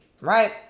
right